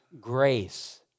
grace